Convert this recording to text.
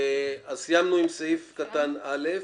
סיימנו עם סעיף קטן (א).